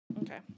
Okay